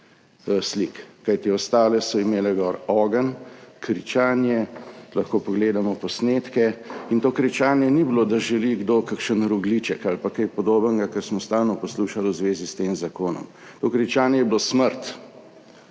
slik, kajti ostale so imele gori ogenj, kričanje, lahko pogledamo posnetke. In to kričanje ni bilo, da želi kdo kakšen rogljiček ali pa kaj podobnega, kar smo stalno poslušali v zvezi s tem zakonom. To kričanje je bilo: smrt!